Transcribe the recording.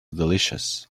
delicious